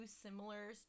similar